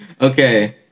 Okay